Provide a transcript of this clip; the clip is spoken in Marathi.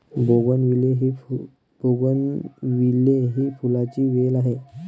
बोगनविले ही फुलांची वेल आहे